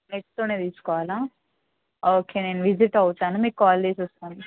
నెట్తోనే తీసుకోవాలా ఓకే నేను విజిట్ అవుతాను మీకు కాల్ చేసి వస్తాను